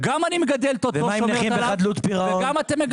גם אני מגדלת אותו, שומרת עליו, וגם אתם מקזזים.